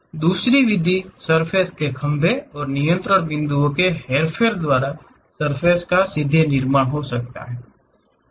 दूसरी विधि सर्फ़ेस के खंभे और नियंत्रण बिंदुओं के हेरफेर द्वारा सर्फ़ेस का सीधे निर्माण है